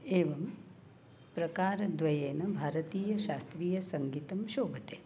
एवं प्रकारद्वयेन भारतीयशास्त्रीयसङ्गीतं शोभते